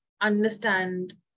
understand